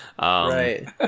right